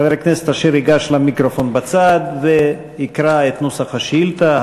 חבר הכנסת אשר ייגש למיקרופון בצד ויקרא את נוסח השאילתה.